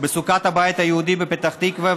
בסוכת הבית היהודי בפתח תקווה,